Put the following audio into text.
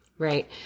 Right